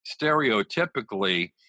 stereotypically